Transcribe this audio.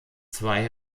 zwei